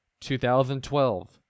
2012